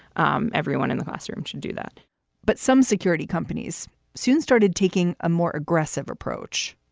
um everyone in the classroom should do that but some security companies soon started taking a more aggressive approach.